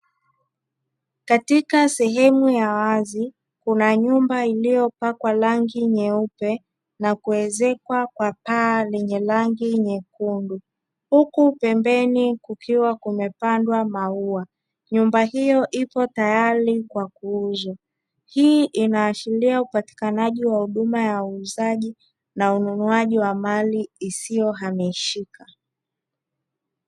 Katika sehemu ya wazi kuna nyumba iliyopakwa rangi nyeupe na kuezekwa kwa paa lenye rangi nyekundu, huku pembeni kukiwa kumepandwa maua; nyumba hiyo ipo tayari kwa kuuzwa. Hii inaashiria upatikanaji wa huduma ya uuzaji na ununuaji wa mali isiyohamishika.